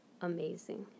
amazing